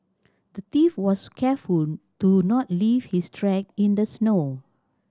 the thief was careful to not leave his track in the snow